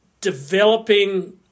developing